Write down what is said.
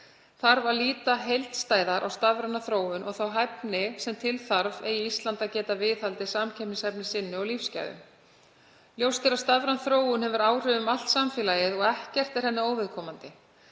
þarf að líta heildstæðar á stafræna þróun og þá hæfni sem til þarf, eigi Ísland að geta viðhaldið samkeppnishæfni sinni og lífsgæðum. Ljóst er að stafræn þróun hefur áhrif um allt samfélagið og ekkert er henni óviðkomandi.